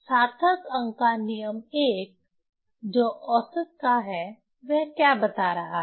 सार्थक अंक का नियम 1 जो औसत का है वह क्या बता रहा है